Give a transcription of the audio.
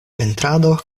pentrado